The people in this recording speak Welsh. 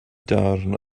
darn